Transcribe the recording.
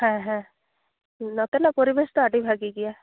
ᱦᱮᱸ ᱦᱮᱸ ᱱᱚᱛᱮᱱᱟᱜ ᱯᱚᱨᱤᱵᱮᱥ ᱫᱚ ᱟᱹᱰᱤ ᱵᱷᱟᱹᱜᱤ ᱜᱮᱭᱟ